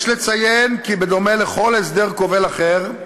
יש לציין כי בדומה לכל הסדר כובל אחר,